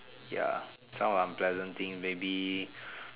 ya some unpleasant things maybe